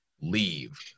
leave